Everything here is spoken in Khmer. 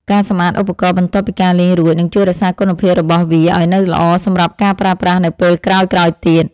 ការសម្អាតឧបករណ៍បន្ទាប់ពីការលេងរួចនឹងជួយរក្សាគុណភាពរបស់វាឱ្យនៅល្អសម្រាប់ការប្រើប្រាស់នៅពេលក្រោយៗទៀត។